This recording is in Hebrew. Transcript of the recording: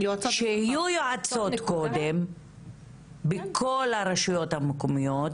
שיהיו יועצות קודם בכל הרשויות המקומיות.